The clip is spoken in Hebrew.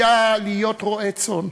היה להיות רועה צאן,